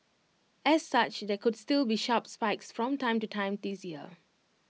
as such there could still be sharp spikes from time to time this year